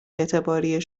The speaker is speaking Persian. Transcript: اعتباری